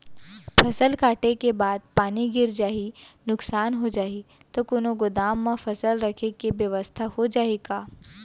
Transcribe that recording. फसल कटे के बाद पानी गिर जाही, नुकसान हो जाही त कोनो गोदाम म फसल रखे के बेवस्था हो जाही का?